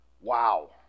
Wow